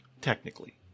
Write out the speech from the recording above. technically